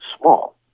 small